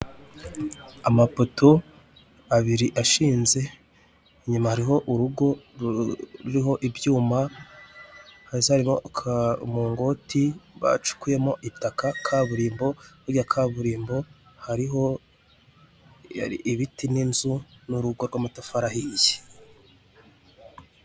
Amapoto abiri ashinze inyuma hariho urugo ruriho ibyuma, hasi harimo muringoti, bacukuyemo itaka ya kaburimbo hariho ibiti n'inzu n'urugo rw'amatafari ahiye.